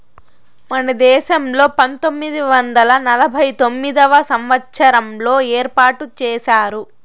మన దేశంలో పంతొమ్మిది వందల నలభై తొమ్మిదవ సంవచ్చారంలో ఏర్పాటు చేశారు